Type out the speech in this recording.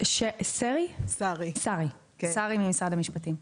שרי ממשרד המשפטים.